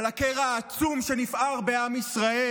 על הקרע העצום שנפער בעם ישראל?